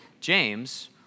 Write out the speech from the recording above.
James